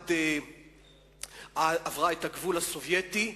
עברה את הגבול הסובייטי,